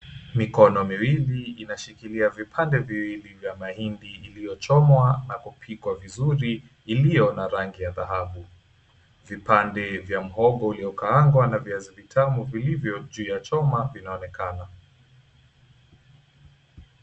Mikono miwili inashikilia vipande viwili vya mahindi iliyochomwa na kupikwa vizuri iliyo na rangi ya dhahabu. Vipande vya muhogo uliokaangwa na viazi tamu vilivyo juu ya choma vinaonekana.